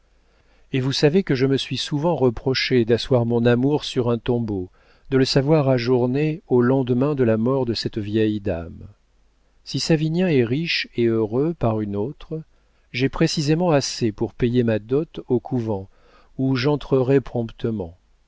et vous savez que je me suis souvent reproché d'asseoir mon amour sur un tombeau de le savoir ajourné au lendemain de la mort de cette vieille dame si savinien est riche et heureux par une autre j'ai précisément assez pour payer ma dot au couvent où j'entrerai promptement